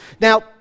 Now